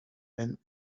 been